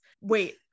Wait